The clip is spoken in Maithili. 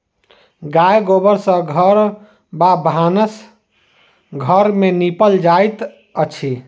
गाय गोबर सँ घर आ भानस घर के निपल जाइत अछि